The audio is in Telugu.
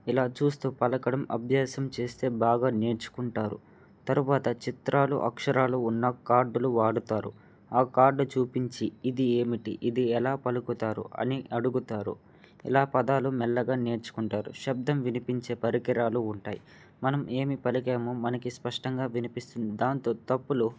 ఇలా చూస్తూ పలకడం అభ్యాసం చేస్తే బాగా నేర్చుకుంటారు తరువాత చిత్రాలు అక్షరాలు ఉన్న కార్డులు వాడుతారు ఆ కార్డు చూపించి ఇది ఏమిటి ఇది ఎలా పలుకుతారు అని అడుగుతారు ఇలా పదాలు మెల్లగా నేర్చుకుంటారు శబ్దం వినిపించే పరికరాలు ఉంటాయి మనం ఏమి పలికామో మనకి స్పష్టంగా వినిపిస్తుంది దాంతో తప్పులు